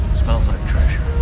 smells like treasure.